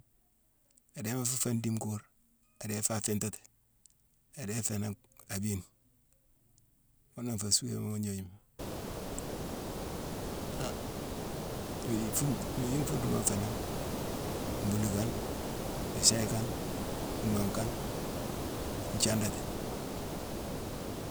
Adéma fu fé ndime kur, ndé faa afintati, adé fénangh abine. Ghune na nfé suéne wu gnojuma: gnoju-nfu, gnoju nfunru nfénangh, mbulukane, iséyekane, nnhoghkane, nthiandati.